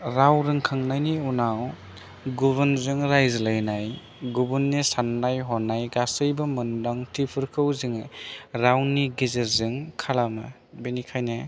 राव रोंखांनायनि उनाव गुबुनजों रायज्लायनाय गुबुननि साननाय हनाय गासैबो मोनदांथिफोरखौ जोङो रावनि गेजेरजों खालामो बिनिखायनो